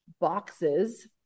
boxes